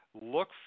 look